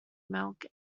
milk